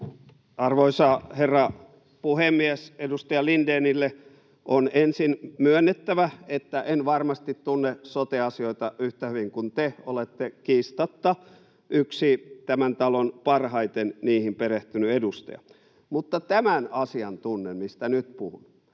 Arvoisa herra puhemies! Edustaja Lindénille on ensin myönnettävä, että en varmasti tunne sote-asioita yhtä hyvin kuin te. Olette kiistatta yksi tämän talon parhaiten niihin perehtynyt edustaja. Mutta tunnen tämän asian, mistä nyt puhun.